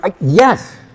Yes